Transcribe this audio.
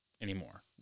anymore